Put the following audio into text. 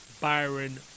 Byron